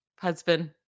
husband